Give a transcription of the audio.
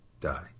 die